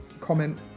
comment